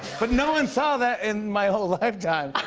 but no one saw that in my whole lifetime.